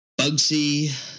Bugsy